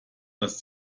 das